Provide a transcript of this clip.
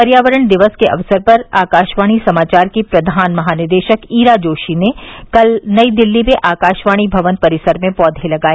पर्यावरण दिवस के अवसर पर आकाशवाणी समाचार की प्रधान महानिदेशक ईरा जोशी ने कल नई दिल्ली में आकाशवाणी भवन परिसर में पौधे लगाए